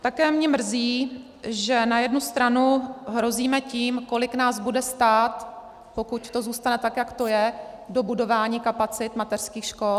Také mě mrzí, že na jednu stranu hrozíme tím, kolik nás bude stát, pokud to zůstane tak, jak to je, dobudování kapacit mateřských škol.